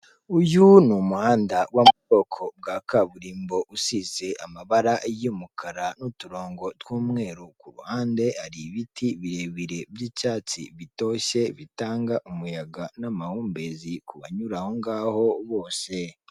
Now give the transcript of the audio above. Uyu ni umuhanda wo mu bwoko bwa kaburimbo usize amabara y'umukara n'uturongo tw'umweru, kuruhande hari ibiti birebire by'icyatsi bitoshye bitanga umuyaga n'amahumbezi ku banyura aho ngaho bose.